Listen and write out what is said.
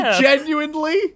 genuinely